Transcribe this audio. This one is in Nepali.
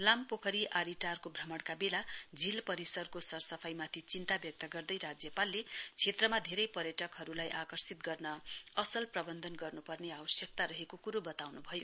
लामपोखरी आरिटारको भ्रमणका बेला झील परिसरमा सरसफाईमाथि चिन्ता व्यक्त गर्दै राज्यपालले क्षेत्रमा धेरै पार्यटकहरूलाई आकर्षित गर्न असल प्रवन्धन गर्नुपर्ने आवश्यकता रहेको कुरो बताउनुभयो